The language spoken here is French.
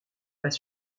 pas